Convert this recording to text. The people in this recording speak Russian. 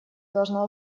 должно